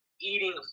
eating